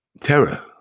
terror